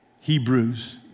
Hebrews